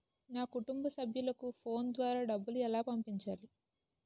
నా కుటుంబ సభ్యులకు ఫోన్ ద్వారా డబ్బులు ఎలా పంపించాలి?